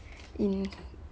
in